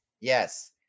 Yes